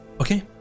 Okay